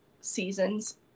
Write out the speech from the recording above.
seasons